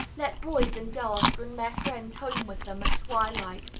let boys and girls bring their friends home with them at twilight,